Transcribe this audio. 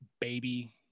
baby